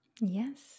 Yes